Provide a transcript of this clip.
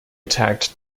attacked